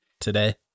today